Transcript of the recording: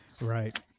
Right